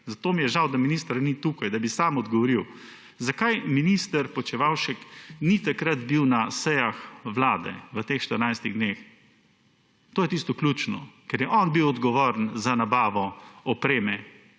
zato mi je žal, da ministra ni tukaj, da bi sam odgovoril – minister Počivalšek ni bil na sejah vlade v tistih zadnjih 14 dneh. To je tisto ključno, ker je on bil odgovoren za nabavo opreme,